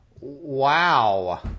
Wow